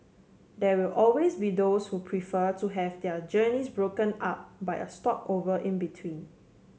there will always be those who prefer to have their journeys broken up by a stopover in between